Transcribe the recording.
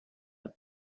and